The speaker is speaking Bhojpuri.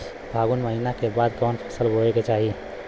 फागुन महीना के बाद कवन फसल बोए के चाही?